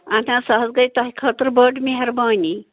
اَت حظ سُہ حظ گٔے تۄہہِ خٲطرٕ بٔڑ مہربٲنی